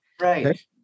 Right